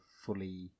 fully